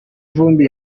vumbi